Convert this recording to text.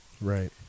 right